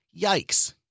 Yikes